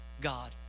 God